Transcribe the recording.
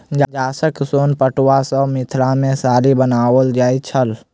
गाछक सोन पटुआ सॅ मिथिला मे साड़ी बनाओल जाइत छल